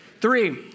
Three